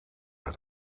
het